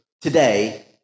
today